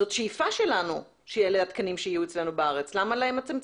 זאת שאיפה שלנו שאלה התקנים שיהיו אצלנו בארץ.